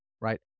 right